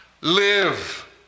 Live